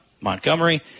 Montgomery